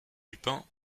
lupin